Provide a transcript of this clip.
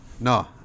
No